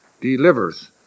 delivers